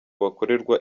bakorerwa